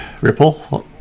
Ripple